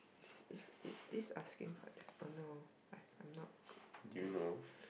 is is is this asking for the oh no I I'm not good at this